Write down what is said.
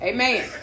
Amen